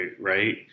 right